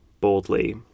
boldly